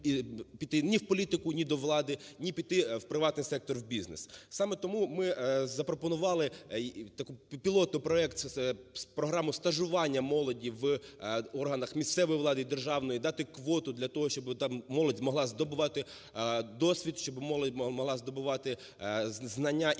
ні в політику, ні до влади, ні піти в приватний сектор, в бізнес. Саме тому ми запропонували такий пілотний проект, програму стажування молоді в органах місцевої влади і державної, дати квоту для того, щоби там молодь могла здобувати досвід, щоби молодь могла здобувати знання і практику.